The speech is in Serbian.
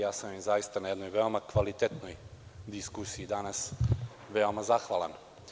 Ja sam im na jednoj veoma kvalitetnoj diskusiji danas veoma zahvalan.